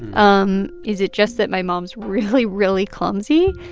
um is it just that my mom's really, really clumsy?